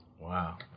Wow